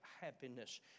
happiness